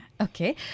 okay